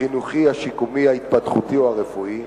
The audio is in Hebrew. החינוכי, השיקומי, ההתפתחותי או הרפואי,